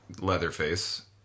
Leatherface